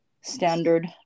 standard